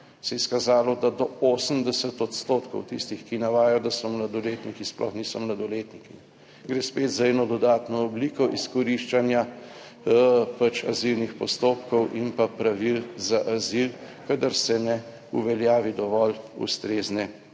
se je izkazalo, da do 80 odstotkov tistih, ki navajajo, da so mladoletniki sploh niso mladoletniki. Gre spet za eno dodatno obliko izkoriščanja pač azilnih postopkov in pa pravil za azil, kadar se ne uveljavi dovolj ustrezne